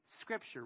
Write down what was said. scripture